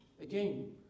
again